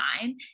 time